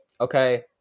Okay